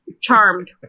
Charmed